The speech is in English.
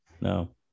no